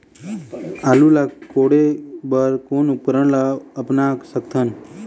आलू ला कोड़े बर कोन उपकरण ला अपना सकथन?